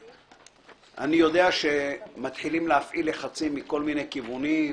אני יודע שמתחילים להפעיל לחצים מכל מיני כיוונים,